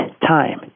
time